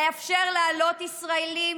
לאפשר להעלות ישראלים